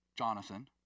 Jonathan